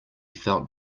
felt